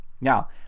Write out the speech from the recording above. Now